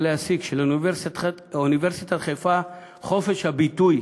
להסיק שלאוניברסיטת חיפה חופש הביטוי